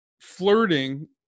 flirting